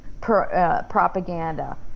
propaganda